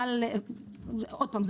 עוד פעם,